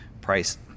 price